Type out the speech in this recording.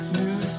new